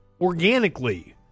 organically